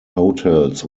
hotels